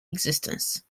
existence